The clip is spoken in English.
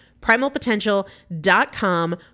Primalpotential.com